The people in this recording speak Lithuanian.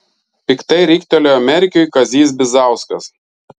piktai riktelėjo merkiui kazys bizauskas